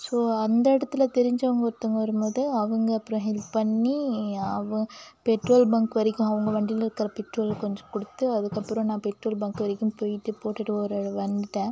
so அந்த இடத்துல தெரிஞ்சவங்க ஒருத்தவங்க வரும் போது அவங்க அப்புறம் ஹெல்ப் பண்ணி அவ பெட்ரோல் பங்க் வரைக்கும் அவங்க வண்டியில் இருக்கிற பெட்ரோலை கொஞ்சம் கொடுத்து அதுக்கப்புறம் நான் பெட்ரோல் பங்க் வரைக்கும் போயிட்டு போட்டுவிட்டு ஒரு வந்ட்டேன்